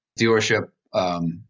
dealership